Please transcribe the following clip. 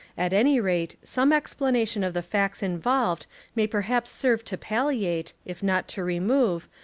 at any rate some explanation of the facts involved may perhaps serve to palliate, if not to remove',